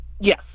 Yes